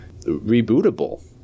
rebootable